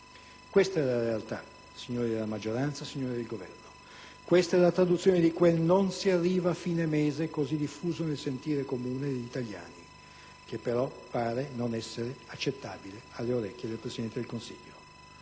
Questa è la realtà, signori della maggioranza e del Governo, questa è la traduzione di quel «non si arriva a fine mese» così diffuso nel sentire comune degli italiani, che però pare non essere accettabile alle orecchie del Presidente del Consiglio